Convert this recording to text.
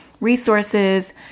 resources